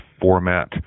format